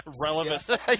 relevant